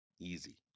easy